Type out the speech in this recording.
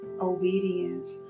obedience